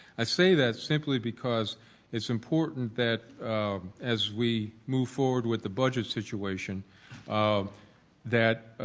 i say that simply because it's important that as we move forward with the budget situation um that